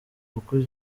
uku